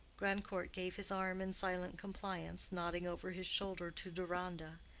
grandcourt gave his arm in silent compliance, nodding over his shoulder to deronda,